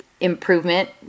improvement